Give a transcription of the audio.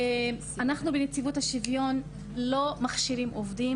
אנחנו בנציבות השוויון לא מכשירים עובדים,